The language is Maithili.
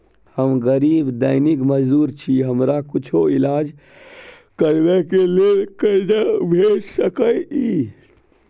हम गरीब दैनिक मजदूर छी, हमरा कुछो ईलाज करबै के लेल कर्जा भेट सकै इ?